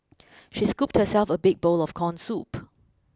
she scooped herself a big bowl of corn soup